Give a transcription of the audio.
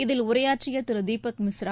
இதில் உரையாற்றிய திரு தீபக் மிஸ்ரா